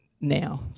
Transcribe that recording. now